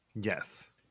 Yes